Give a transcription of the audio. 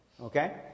Okay